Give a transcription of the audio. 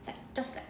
like just like